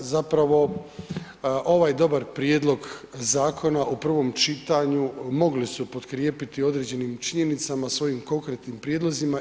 Zapravo ovaj dobar prijedlog zakona u prvom čitanju mogli su potkrijepiti određenim činjenicama svojim konkretnim prijedlozima.